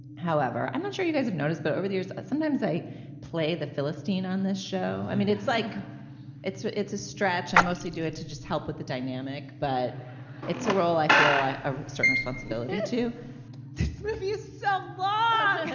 however i'm not sure you guys have noticed but over the years sometimes i play the philistine on this show. i mean it's like it's it's a stretch i mostly do it to just help with the dynamic but it's a role i feel a certain responsibility to use so long